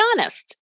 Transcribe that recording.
honest